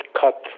cut